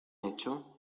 hecho